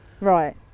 right